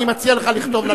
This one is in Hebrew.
אני מציע לך לכתוב לה